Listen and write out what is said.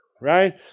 right